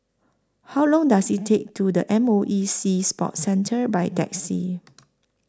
How Long Does IT Take to The M O E Sea Sports Centre By Taxi